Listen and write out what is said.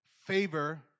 Favor